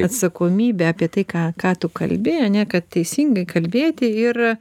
atsakomybę apie tai ką ką tu kalbi ane kad teisingai kalbėti ir